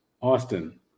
Austin